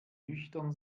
nüchtern